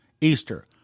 Easter